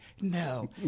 no